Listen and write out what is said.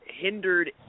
hindered